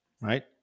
right